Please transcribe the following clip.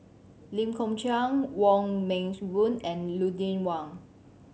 Lee Kong Chian Wong Meng Voon and Lucien Wang